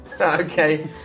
Okay